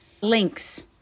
links